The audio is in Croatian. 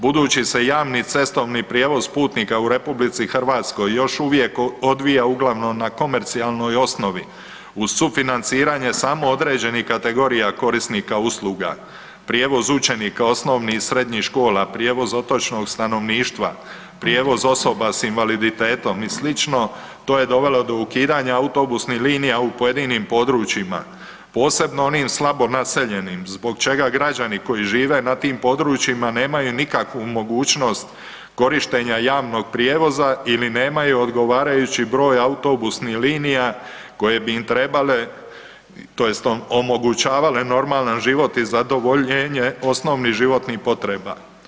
Budući se javni cestovni prijevoz putnika u RH još uvijek odvija uglavnom na komercijalnoj osnovi u sufinanciranje samo određenih kategorija korisnika usluga, prijevoz učenika osnovnih i srednjih škola, prijevoz otočnog stanovništva, prijevoz osoba sa invaliditetom i slično to je dovelo do ukidanja autobusnih linija u pojedinim područjima posebno onim slabo naseljenim zbog čega građani koji žive na tim područjima nemaju nikakvu mogućnost korištenja javnog prijevoza ili nemaju odgovarajući broj autobusnih linija koje bi im trebale, tj. omogućavale normalan život i zadovoljenje osnovnih životnih potreba.